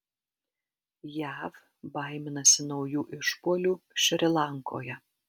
jav baiminasi naujų išpuolių šri lankoje